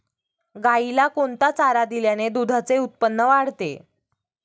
गाईला कोणता चारा दिल्याने दुधाचे उत्पन्न वाढते?